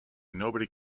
nobody